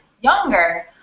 younger